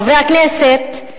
חברי הכנסת,